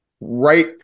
right